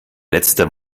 letzter